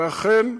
ואכן,